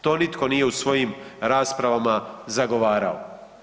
To nitko nije u svojim raspravama zagovarao.